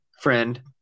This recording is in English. friend